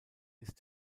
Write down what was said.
ist